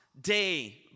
day